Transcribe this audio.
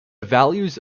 values